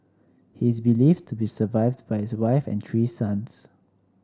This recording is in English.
he is believed to be survived by his wife and three sons